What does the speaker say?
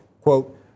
Quote